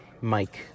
Mike